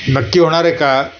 नक्की होणार आहे का